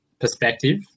perspective